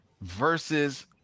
versus